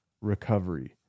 recovery